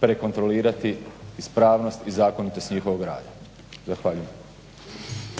prekontrolirati ispravnost i zakonitost njihovog rada. Zahvaljujem.